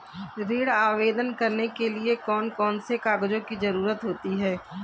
ऋण आवेदन करने के लिए कौन कौन से कागजों की जरूरत होती है?